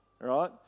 right